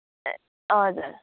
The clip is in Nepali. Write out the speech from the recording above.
ए हजुर